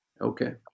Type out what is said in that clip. Okay